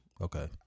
Okay